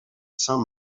saint